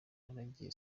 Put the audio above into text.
naragiye